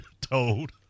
told